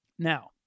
Now